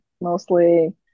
mostly